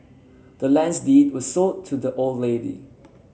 the land's deed was sold to the old lady